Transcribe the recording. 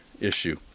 issue